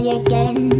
again